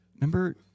Remember